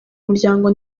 muryango